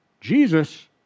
Jesus